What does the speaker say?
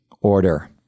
order